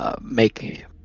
make